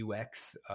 UX